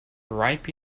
ripe